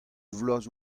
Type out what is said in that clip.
vloaz